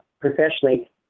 professionally